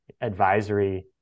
advisory